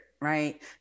right